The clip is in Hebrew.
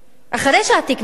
אחרי שהתיק נסגר.